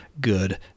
good